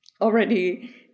already